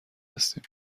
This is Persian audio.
هستیم